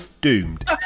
doomed